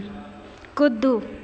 कूदू